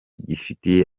gifitiye